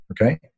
okay